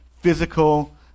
physical